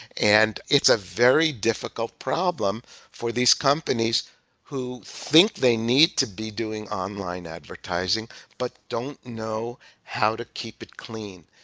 and it's a very difficult problem for these companies who think they need to be doing online advertising but don't know how to keep it clean.